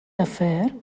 afer